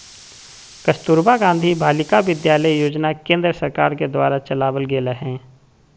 कस्तूरबा गांधी बालिका विद्यालय योजना केन्द्र सरकार के द्वारा चलावल गेलय हें